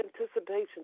anticipation